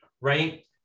right